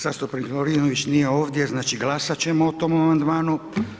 Zastupnik Lovrinović nije ovdje, znači glasat ćemo o tom amandmanu.